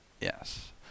Yes